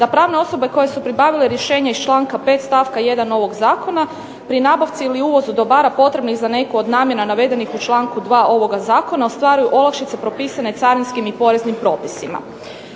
da pravne osobe koje su pribavile rješenje iz članka 5. stavka 1. ovog zakona pri nabavci ili uvozu dobara potrebnih za neku od namjena navedenih u članku 2. ovoga zakona ostvaruju olakšice propisane carinskim i poreznim propisima.